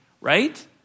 right